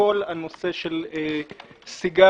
בכל הנושא של סיגריות,